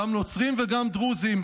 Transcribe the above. גם נוצרים וגם דרוזים.